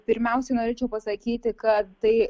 pirmiausiai norėčiau pasakyti kad tai